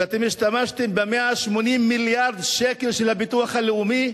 שאתם השתמשתם ב-180 מיליארד שקל של הביטוח הלאומי?